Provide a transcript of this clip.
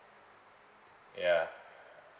yeah